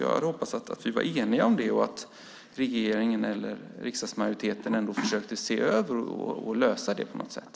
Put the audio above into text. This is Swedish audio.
Jag hade hoppats att vi skulle vara eniga om det och att regeringen eller riksdagsmajoriteten ändå skulle försöka se över och lösa det på något sätt.